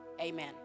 amen